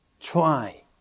Try